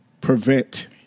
prevent